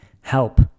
help